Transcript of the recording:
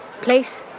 Place